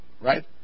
right